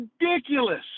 ridiculous